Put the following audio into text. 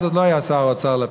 אז עוד לא היה שר האוצר לפיד.